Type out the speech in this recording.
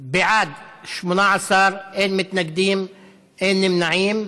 בעד, 18, אין מתנגדים ואין נמנעים.